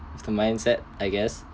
for mindset I guess